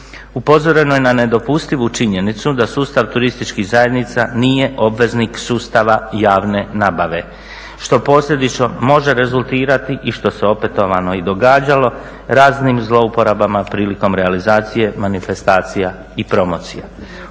Upozoreno je na nedopustivu činjenicu da sustav turističkih zajednica nije obveznik sustava javne nabave što posljedično može rezultirati i što se opetovano i događalo raznim zlouporabama prilikom realizacije manifestacija i promocija.